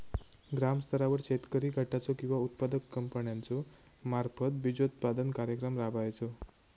ग्रामस्तरावर शेतकरी गटाचो किंवा उत्पादक कंपन्याचो मार्फत बिजोत्पादन कार्यक्रम राबायचो?